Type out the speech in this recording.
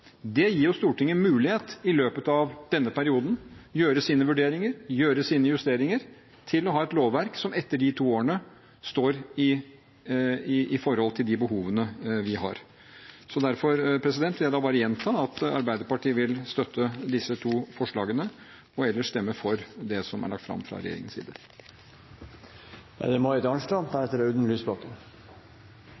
Det gir Stortinget mulighet til å gjøre sine vurderinger, gjøre sine justeringer i løpet av denne perioden for å få et lovverk som etter de to årene står i forhold til de behovene vi har. Derfor vil jeg bare gjenta at Arbeiderpartiet vil støtte disse to forslagene og ellers stemme for det som er lagt fram fra regjeringens side.